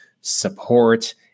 support